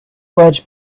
wedge